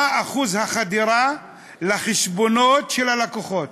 מה אחוז החדירה לחשבונות של הלקוחות?